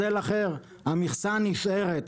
החקלאית שלנו תיוצר בארץ ולא להתבסס על